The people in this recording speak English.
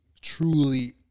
truly